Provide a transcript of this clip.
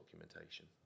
documentation